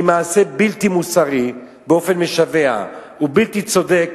היא מעשה בלתי מוסרי באופן משווע ובלתי צודק,